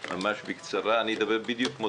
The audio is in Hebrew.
תודה.